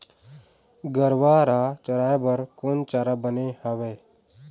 गरवा रा खवाए बर कोन चारा बने हावे?